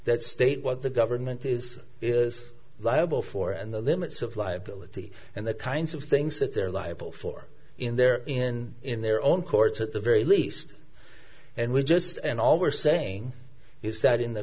that state what the government is is liable for and the limits of liability and the kinds of things that they're liable for in their in in their own courts at the very least and we're just and all we're saying is that in the